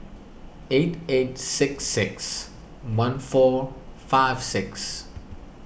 eight eight six six one four five six